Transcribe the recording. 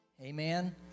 Amen